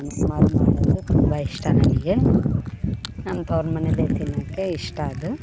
ನಂಗೆ ಮಾಡೋದು ತುಂಬ ಇಷ್ಟ ನನಗೆ ನನ್ನ ತವರು ಮನೇಲೆ ತಿನ್ನೋಕೆ ಇಷ್ಟ ಅದು